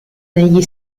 negli